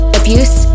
abuse